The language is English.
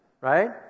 Right